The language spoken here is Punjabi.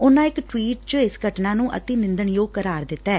ਉਨੁਾਂ ਇਕ ਟਵੀਟ ਚ ਇਸ ਘਟਨਾ ਨੁੰ ਅਤੀ ਨਿੰਦਣਣੋਗ ਕਰਾਰ ਦਿੱਤੈ